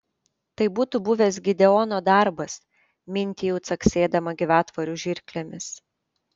tai būtų buvęs gideono darbas mintijau caksėdama gyvatvorių žirklėmis